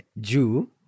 Jew